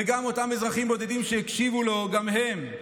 וגם אותם אזרחים בודדים שהקשיבו לו גם הם.